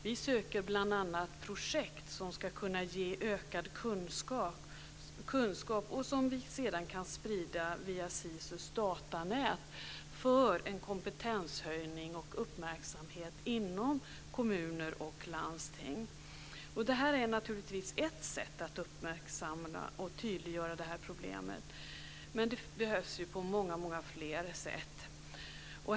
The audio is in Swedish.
Vi söker bl.a. projekt som ska kunna ge ökad kunskap och som vi sedan kan sprida via SISUS datanät för en kompetenshöjning och uppmärksamhet inom kommuner och landsting. Detta är naturligtvis ett sätt att uppmärksamma och tydliggöra detta problem. Men det behöver naturligtvis ske på många fler sätt.